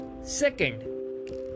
Second